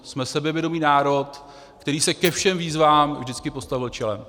Jsme sebevědomý národ, který se ke všem výzvám vždycky postavil čelem.